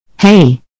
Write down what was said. Hey